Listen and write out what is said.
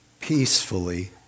peacefully